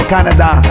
Canada